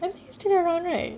slurpee still around right